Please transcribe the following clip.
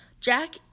Jack